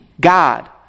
God